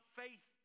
faith